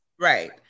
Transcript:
Right